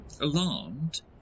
alarmed